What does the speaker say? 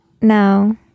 No